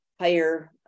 higher